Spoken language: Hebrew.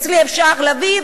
אצלי אפשר להביא,